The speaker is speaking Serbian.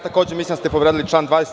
Takođe mislim da ste povredili član 27.